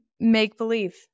make-believe